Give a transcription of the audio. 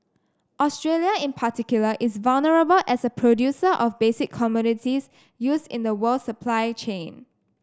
Australia in particular is vulnerable as a producer of basic commodities used in the world supply chain